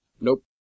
Nope